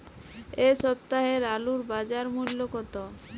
এ সপ্তাহের আলুর বাজার মূল্য কত?